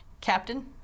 Captain